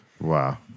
Wow